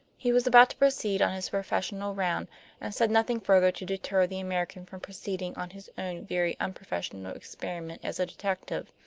he was about to proceed on his professional round, and said nothing further to deter the american from proceeding on his own very unprofessional experiment as a detective.